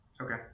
Okay